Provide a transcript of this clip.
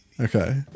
Okay